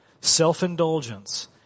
self-indulgence